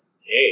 Hey